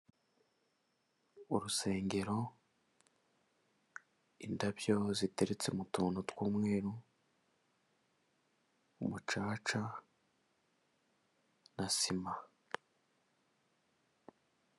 urusengero, indabyo ziteretse mu tuntu tw'umweru, umucaca na sima.